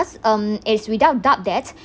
thus um it is without doubt that